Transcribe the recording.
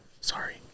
sorry